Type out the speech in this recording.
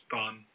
done